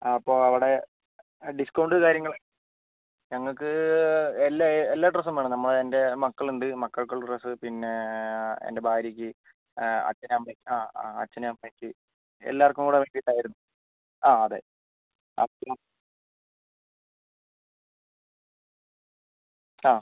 ആ അപ്പോൾ അവിടെ ഡിസ്കൗണ്ട് കാര്യങ്ങൾ ഞങ്ങൾക്ക് എല്ലാ എല്ലാ ഡ്രസ്സും വേണം നമ്മൾ എൻ്റെ മക്കളുണ്ട് മക്കൾക്കുള്ള ഡ്രസ്സ് പിന്നെ എൻ്റെ ഭാര്യയ്ക്ക് അച്ഛന് അമ്മ ആ അച്ഛന് അമ്മയ്ക്ക് എല്ലാവർക്കും കൂടെ വേണ്ടിയിട്ടായിരുന്നു ആ അതെ അപ്പോൾ ആ